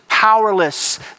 Powerless